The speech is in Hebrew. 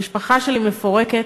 המשפחה שלי מפורקת,